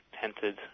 tented